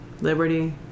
Liberty